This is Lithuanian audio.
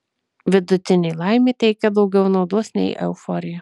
vidutinė laimė teikia daugiau naudos nei euforija